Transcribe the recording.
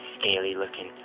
scaly-looking